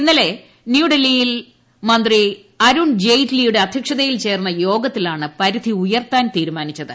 ഇന്നലെ ന്യൂഡൽഹിയിൽ കേന്ദ്രമന്ത്രി അരുൺ ജെയ്റ്റിലിയുടെ അധ്യക്ഷതയിൽ ചേർന്ന യോഗത്തിലാണ് പരിധി ഉയർത്താൻ തീരുമാനിച്ചത്